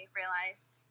realized